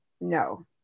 no